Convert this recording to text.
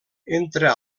entre